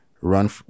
run